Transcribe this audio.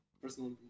personal